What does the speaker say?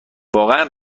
واقعا